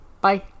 Bye